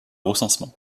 recensement